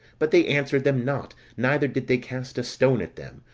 but they answered them not, neither did they cast a stone at them,